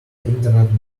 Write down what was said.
internet